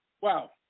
Wow